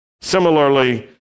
Similarly